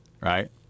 Right